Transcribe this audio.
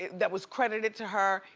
that was credited to her.